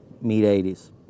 Mid-80s